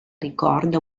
ricorda